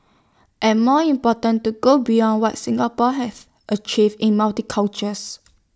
and more important to go beyond what Singapore have achieved in multi cultures